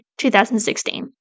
2016